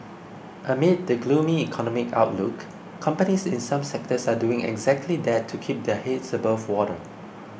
amid the gloomy economic outlook companies in some sectors are doing exactly that to keep their heads above water